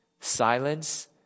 Silence